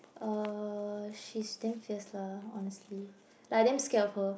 uh she's damn fierce lah honestly like I'm damn scared of her